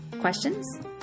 questions